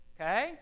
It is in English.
Okay